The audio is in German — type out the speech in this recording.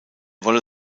wolle